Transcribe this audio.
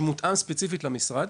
שמותאם ספציפית למשרד,